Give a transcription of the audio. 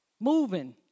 Moving